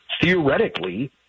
theoretically –